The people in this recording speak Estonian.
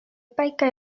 päike